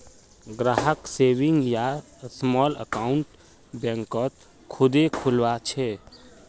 ग्राहक सेविंग या small account बैंकत खुदे खुलवा छे